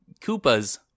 Koopas